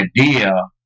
idea